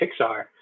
Pixar